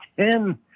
ten